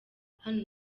hano